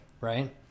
right